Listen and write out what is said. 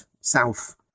south